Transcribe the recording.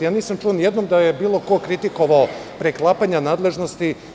Nisam čuo ni jednom da je bilo ko kritikovao preklapanje nadležnosti.